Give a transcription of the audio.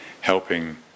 helping